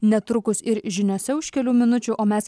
netrukus ir žiniose už kelių minučių o mes